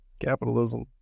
Capitalism